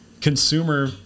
consumer